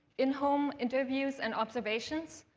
in-home interviews, and observations,